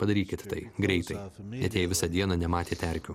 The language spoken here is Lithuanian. padarykit tai greitai net jei visą dieną nematėt erkių